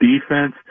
defense